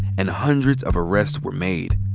and hundreds of arrests were made.